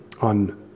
on